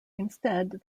instead